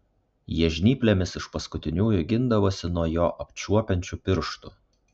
jie žnyplėmis iš paskutiniųjų gindavosi nuo jo apčiuopiančių pirštų